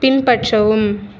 பின்பற்றவும்